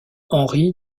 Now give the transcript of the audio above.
henri